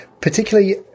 Particularly